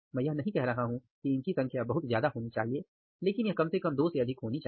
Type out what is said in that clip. मैं यह नहीं कह रहा हूं कि इनकी संख्या बहुत ज्यादा होनी चाहिए लेकिन यह कम से कम दो से अधिक होनी चाहिए